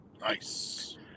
Nice